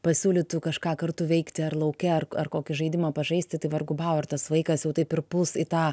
pasiūlytų kažką kartu veikti ar lauke ar ar kokį žaidimą pažaisti tai vargu bau ar tas vaikas jau taip ir puls į tą